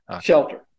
Shelter